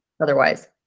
otherwise